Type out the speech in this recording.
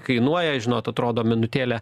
kainuoja žinot atrodo minutėlė